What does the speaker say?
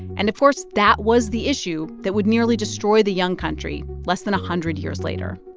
and, of course, that was the issue that would nearly destroy the young country less than a hundred years later